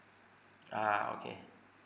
ah okay